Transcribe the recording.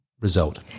result